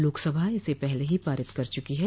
लोकसभा इसे पहले ही पारित कर चुकी है